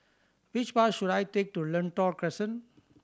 which bus should I take to Lentor Crescent